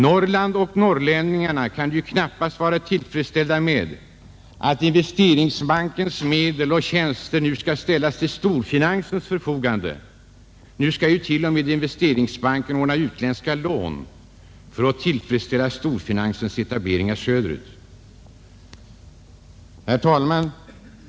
Norrland och norrlänningarna kan ju knappast vara tillfredsställda med att Investeringsbankens medel och tjänster nu skall ställas till storfinansens förfogande. Investeringsbanken skall ju t.o.m. ordna utländska lån för att tillfredsställa storfinansens etableringar söderut. Herr talman!